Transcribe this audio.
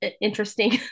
interesting